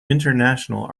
international